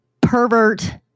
pervert